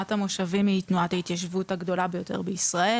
תנועת המושבים היא תנועת ההתיישבות הגדולה ביותר בישראל.